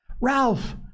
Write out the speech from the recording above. Ralph